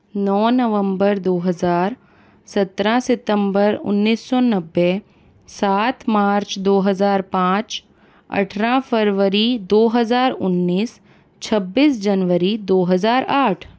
नौ नवम्बर दो हज़ार सत्तरह सितंबर उन्निस सौ नब्बे सात मार्च दो हज़ार पाँच अठारह फरवरी दो हज़ार उन्निस छब्बीस जनवरी दो हज़ार आठ